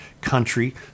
country